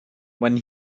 when